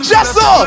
Jesso